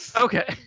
Okay